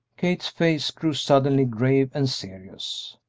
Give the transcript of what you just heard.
kate's face grew suddenly grave and serious.